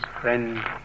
friend